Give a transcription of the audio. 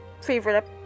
favorite